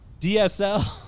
DSL